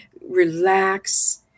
relax